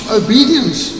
obedience